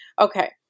Okay